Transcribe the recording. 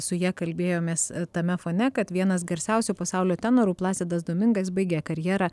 su ja kalbėjomės tame fone kad vienas garsiausių pasaulio tenorų plasidas domingas baigė karjerą